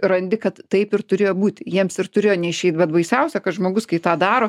randi kad taip ir turėjo būt jiems ir turėjo neišeit bet baisiausia kad žmogus kai tą daro